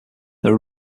there